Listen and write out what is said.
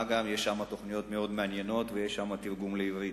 מה גם שיש שם תוכניות מאוד מעניינות ויש שם תרגום לעברית.